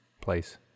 place